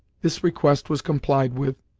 this request was complied with,